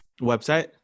website